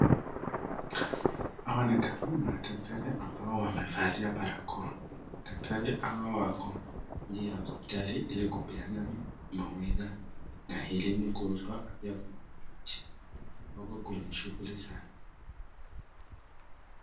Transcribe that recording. Hawa ni madaktari ambao wamevalia barakoa, daktari hawa wako nje ya hospitali ili kupeana mawaidha na elimu kuhusu afya, huko kuna shughuli zake.